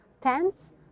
tents